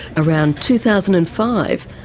around two thousand and five,